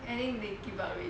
I think they give up already